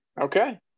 Okay